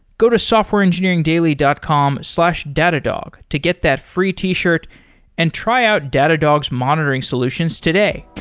go to softwareengineeringdaily dot com slash datadog to get that free t-shirt and try out datadog's monitoring solutions today.